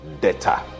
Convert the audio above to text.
data